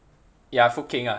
ya food king ah